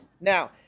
Now